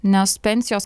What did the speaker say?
nes pensijos